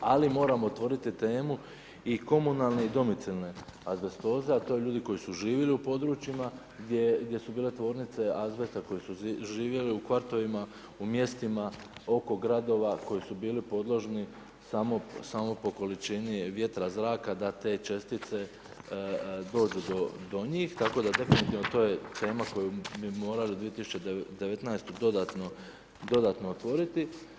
Ali moramo otvoriti temu i komunalne i domicilne azbestoze, a to su ljudi koji su živjeli u područjima gdje su bile tvornice azbesta, koji su živjeli u kvartovima, u mjestima oko gradova koji su bili podložni samo po količini vjetra, zraka da te čestice dođu do njih, tako da definitivno to je tema koju bi morali 2019. dodatno otvoriti.